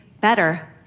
better